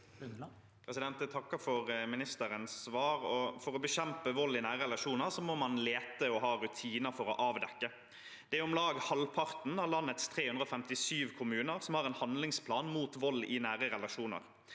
Jeg takker for ministerens svar. For å bekjempe vold i nære relasjoner må man lete og ha rutiner for å avdekke det. Om lag halvparten av landets 357 kommuner har en handlingsplan mot vold i nære relasjoner.